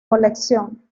colección